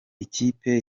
ikipe